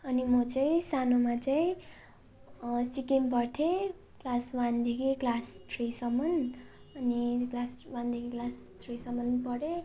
अनि म चाहिँ सानोमा चाहिँ सिक्किम पढ्थेँ क्लास वानदेखि क्लास थ्रीसम्म अनि क्लास वानदेखि क्लास थ्रीसम्म पढेँ